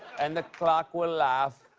and the clock will laugh.